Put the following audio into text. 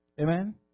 Amen